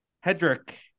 Hedrick